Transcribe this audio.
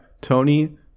Tony